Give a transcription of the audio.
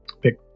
Pick